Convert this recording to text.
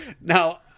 Now